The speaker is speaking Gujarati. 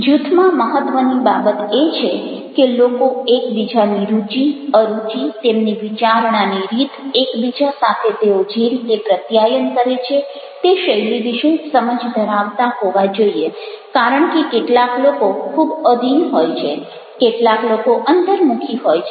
જૂથમાં મહત્ત્વની બાબત એ છે કે લોકો એકબીજાની રુચિ અરુચિ તેમની વિચારણાની રીત એકબીજા સાથે તેઓ જે રીતે પ્રત્યાયન કરે છે તે શૈલી વિશે સમજ ધરાવતા હોવા જોઇએ કારણ કે કેટલાક લોકો ખૂબ અધીન હોય છે કેટલાક લોકો અંતર્મુખી હોય છે